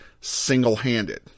single-handed